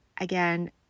again